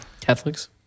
Catholics